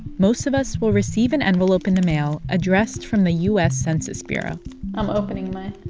most of us will receive an envelope in the mail addressed from the u s. census bureau i'm opening mine